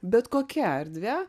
bet kokia erdvė